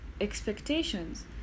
expectations